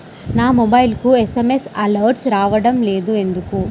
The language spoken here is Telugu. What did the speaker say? నా మొబైల్కు ఎస్.ఎం.ఎస్ అలర్ట్స్ రావడం లేదు ఎందుకు?